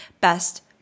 best